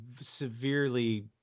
severely